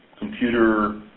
computer